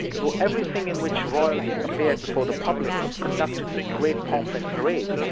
though every thing in which royalty appeared before the public was conducted with great pomp and parade,